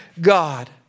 God